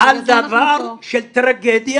מדברים על דבר שהוא טרגדיה,